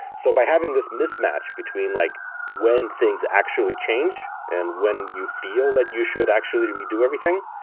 so by having this mismatch between like when things actually change and when you feel that you should actually redo everything,